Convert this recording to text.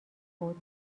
بود